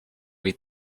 read